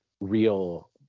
real